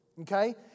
okay